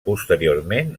posteriorment